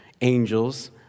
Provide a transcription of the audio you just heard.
angels